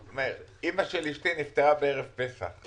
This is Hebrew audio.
אמא של אשתי נפטרה בערב פסח.